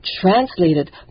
translated